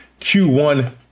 Q1